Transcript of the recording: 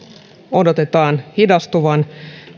odotetaan hidastuvan